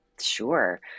Sure